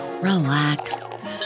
relax